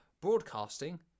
broadcasting